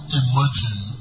imagine